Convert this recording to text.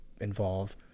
involve